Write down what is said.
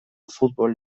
futbol